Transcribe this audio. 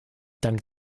dank